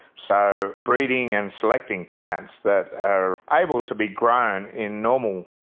so breeding and selecting plants that are able to be grown in normal,